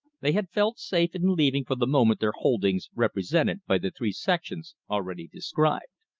they had felt safe in leaving for the moment their holdings represented by the three sections already described.